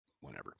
whenever